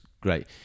great